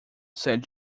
said